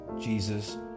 Jesus